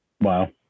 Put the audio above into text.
Wow